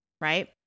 right